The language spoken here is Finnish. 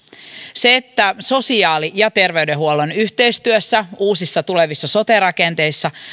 se että sosiaali ja terveydenhuollon yhteistyössä uusissa tulevissa sote rakenteissa